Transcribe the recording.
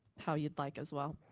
how you'd like as well.